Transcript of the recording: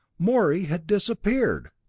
morey had disappeared!